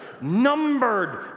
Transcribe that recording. numbered